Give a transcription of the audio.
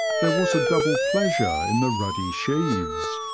there was a double pleasure in the ruddy sheaves,